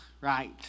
right